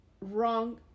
wrong